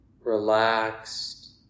relaxed